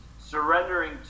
surrendering